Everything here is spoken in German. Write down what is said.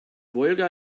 wolga